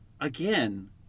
again